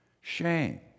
Shame